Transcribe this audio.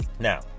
Now